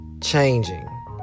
changing